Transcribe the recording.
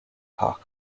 koch